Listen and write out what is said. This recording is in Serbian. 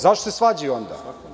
Zašto se svađaju onda?